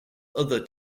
other